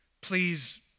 please